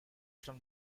from